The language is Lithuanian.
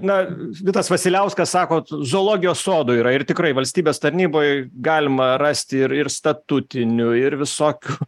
na vitas vasiliauskas sakot zoologijos sodų yra ir tikrai valstybės tarnyboj galima rasti ir ir statutinių ir visokių